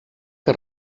que